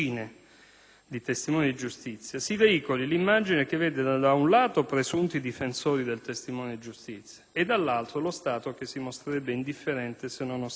di testimoni di giustizia, si veicoli l'immagine che, da un lato, vede presunti difensori del testimone di giustizia e, dall'altro, lo Stato che si mostrerebbe indifferente, se non ostile.